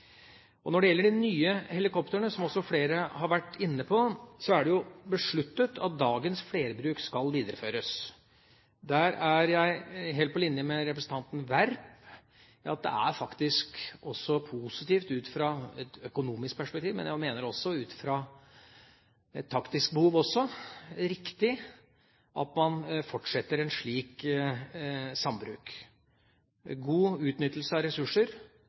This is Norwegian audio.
kr. Når det gjelder de nye helikoptrene, er det som også flere har vært inne på, besluttet at dagens flerbruk skal videreføres. Der er jeg helt på linje med representanten Werp, at det faktisk også er positivt ut fra et økonomisk perspektiv. Men jeg mener at det også ut fra et taktisk behov er riktig at man fortsetter en slik sambruk – god utnyttelse av ressurser,